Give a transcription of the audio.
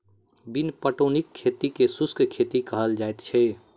बिन पटौनीक खेती के शुष्क खेती कहल जाइत छै